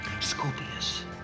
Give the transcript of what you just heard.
Scorpius